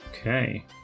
Okay